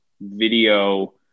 video